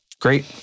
great